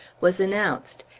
was announced,